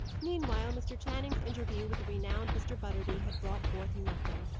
meanwhile mr. channing's interview with the renowned mr. butterby had brought forth nothing,